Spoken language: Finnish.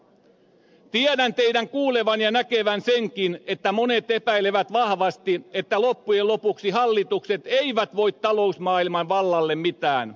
tiedän teidän kuulevan ja näkevän senkin että monet epäilevät vahvasti että loppujen lopuksi hallitukset eivät voi talousmaailman vallalle mitään